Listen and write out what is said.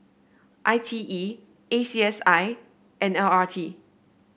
I T E A C S I and L R T